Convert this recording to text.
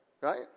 right